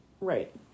Right